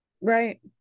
right